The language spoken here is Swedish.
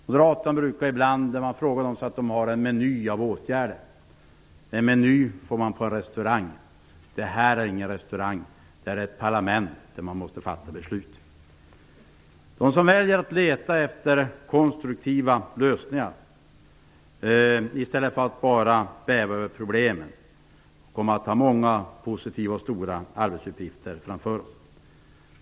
När man frågar Moderaterna säger de ibland att de har en meny av åtgärder, men en meny får man på en restaurang. Det här är ingen restaurang, utan det är ett parlament där man måste fatta beslut! De som väljer att leta efter konstruktiva lösningar i stället för att bara bäva inför problemen kommer att ha många positiva och stora arbetsuppgifter framför sig.